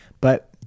but-